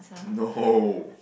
no